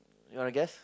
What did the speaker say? you wanna guess